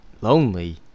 lonely